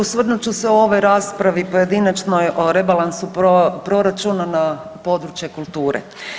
Osvrnut ću se u ovoj raspravi pojedinačnoj o rebalansu proračuna na područje kulture.